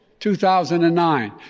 2009